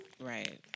Right